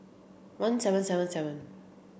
one seven seven seven